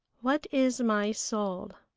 what is my soul?